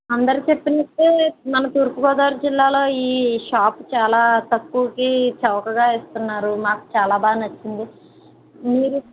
అందరు చెప్పినట్టే మన తూర్పుగోదావరి జిల్లాలో ఈ షాపు చాలా తక్కువకి చవకగా ఇస్తున్నారు మాకు